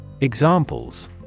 Examples